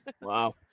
Wow